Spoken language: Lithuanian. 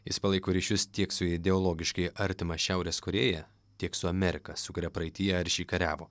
jis palaiko ryšius tiek su ideologiškai artima šiaurės korėja tiek su amerika su kuria praeityje aršiai kariavo